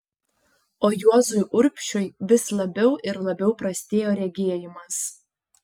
o juozui urbšiui vis labiau ir labiau prastėjo regėjimas